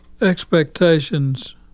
Expectations